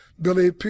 Billy